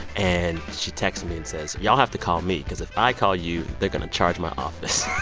and she texts me and says, y'all have to call me because if i call you, they're going to charge my office